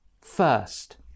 First